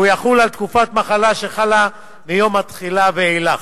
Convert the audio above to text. והוא יחול על תקופת מחלה שחלה מיום התחילה ואילך.